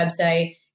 website